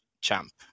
Champ